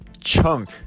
chunk